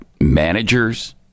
managers